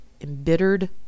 embittered